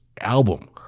album